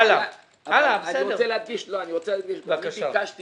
אני רוצה להדגיש שביקשתי